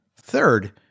Third